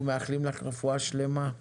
אנחנו מאחלים לך רפואה שלמה.